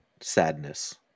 sadness